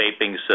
vaping